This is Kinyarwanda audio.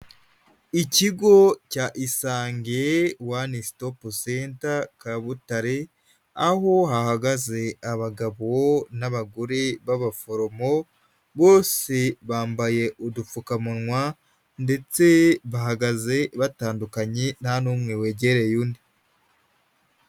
Ikigo cya Isange One Stop Center Kabutare, aho hahagaze abagabo n'abagore b'abaforomo, bose bambaye udupfukamunwa ndetse bahagaze batandukanye nta n'umwe wegereye undi.